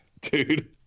Dude